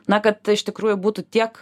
na kad iš tikrųjų būtų tiek